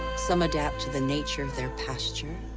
some adapt to the nature of their pasture